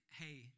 hey